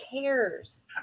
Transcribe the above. cares